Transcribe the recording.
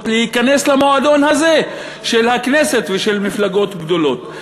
להיכנס למועדון הזה של הכנסת ושל מפלגות גדולות.